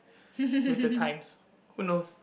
with the times who knows